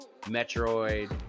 Metroid